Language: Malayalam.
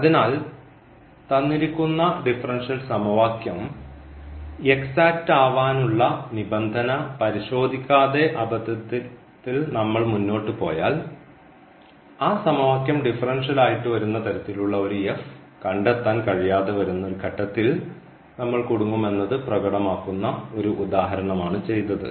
അതിനാൽ തന്നിരിക്കുന്ന ഡിഫറൻഷ്യൽ സമവാക്യം എക്സാക്റ്റ് ആവാനുള്ള നിബന്ധന പരിശോധിക്കാതെ അബദ്ധത്തിൽ നമ്മൾ മുന്നോട്ട് പോയാൽ ആ സമവാക്യം ഡിഫറൻഷ്യൽ ആയിട്ടു വരുന്ന തരത്തിലുള്ള ഒരു കണ്ടെത്താൻ കഴിയാതെ വരുന്ന ഒരു ഘട്ടത്തിൽ നമ്മൾ കുടുങ്ങും എന്നത് പ്രകടമാക്കുന്ന ഒരു ഉദാഹരണമാണ് ചെയ്തത്